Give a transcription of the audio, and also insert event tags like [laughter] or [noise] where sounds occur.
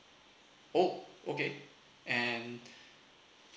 oh okay and [breath]